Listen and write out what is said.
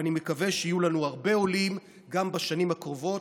ואני מקווה שיהיו לנו הרבה עולים גם בשנים הקרובות,